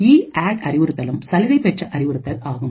இஅட் அறிவுறுத்தலும் சலுகை பெற்ற அறிவுறுத்தல் ஆகும்